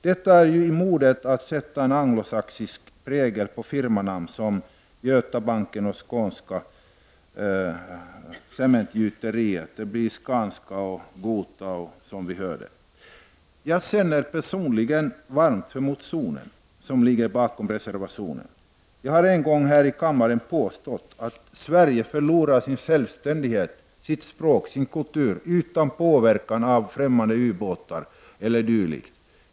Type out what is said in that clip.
Det är ju på modet att sätta en anglosaxisk prägel på firmanamn som t.ex. Götabanken och Skånska cementgjuteriet — Gota och Skanska. Jag känner personligen varmt för motionen som ligger bakom reservationen. Jag har en gång här i kammaren påstått att Sverige förlorar sin självständighet, sitt språk och sin kultur utan påverkan av främmande u-båtar eller dylikt.